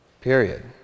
Period